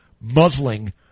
muzzling